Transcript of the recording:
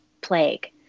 plague